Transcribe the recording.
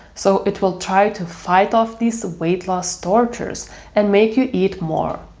so it will try to fight off these weight loss tortures and make you eat more.